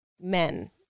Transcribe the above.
men